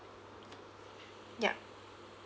yeah